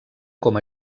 com